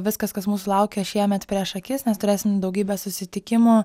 viskas kas mūsų laukia šiemet prieš akis nes turėsim daugybę susitikimų